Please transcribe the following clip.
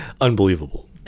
unbelievable